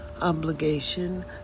obligation